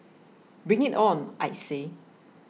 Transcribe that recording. bring it on I say